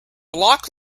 block